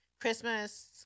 Christmas